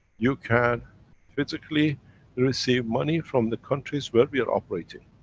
you can physically receive money from the countries where we are operating.